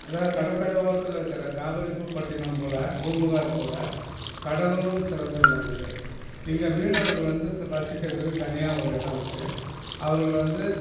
அதாவது கடற்கரை ஓரத்தில் இருக்கிற காவேரி பூம்பட்டினம் போல் பூம்புகார் போல கடலூரும் சிறந்து விளங்குது இங்கே மீனவர்கள் வந்து வசிக்கிறதுக்கு தனியாக ஒரு இடம் இருக்குது அவர்கள் வந்து